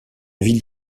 ville